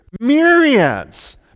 Myriads